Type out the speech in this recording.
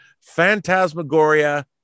Phantasmagoria